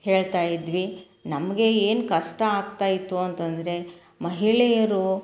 ಹೇಳ್ತಾ ಇದ್ವಿ ನಮಗೆ ಏನು ಕಷ್ಟ ಆಗ್ತಾ ಇತ್ತು ಅಂತಂದರೆ ಮಹಿಳೆಯರು